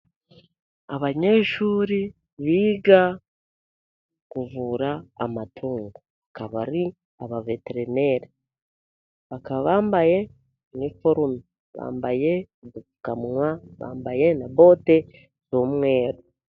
Abanyeshuri biga kuvura amatungo, bakaba ari aba veterineri. Bakaba bambaye iniforome, bambaye udupfukamunwa, bambaye na bote z'umweru.